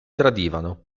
tradivano